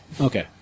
Okay